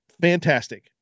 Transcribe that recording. fantastic